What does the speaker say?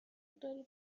داری